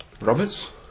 Roberts